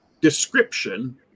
description